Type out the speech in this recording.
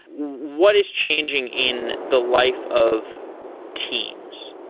what is changing in the life of teams?